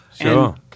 Sure